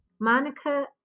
Monica